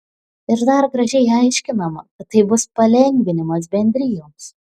ir dar gražiai aiškinama kad tai bus palengvinimas bendrijoms